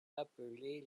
appelés